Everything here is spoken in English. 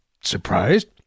surprised